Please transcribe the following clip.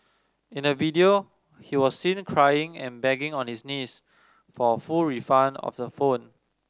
in a video he was seen crying and begging on his knees for a full refund of the phone